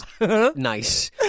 Nice